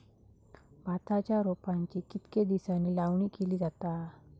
भाताच्या रोपांची कितके दिसांनी लावणी केली जाता?